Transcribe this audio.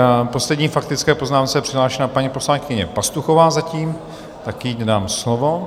K poslední faktické poznámce je přihlášena paní poslankyně Pastuchová zatím, tak jí dám slovo.